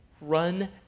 run